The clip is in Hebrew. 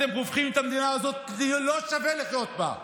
אתם הופכים את המדינה הזאת ללא שווה לחיות בה,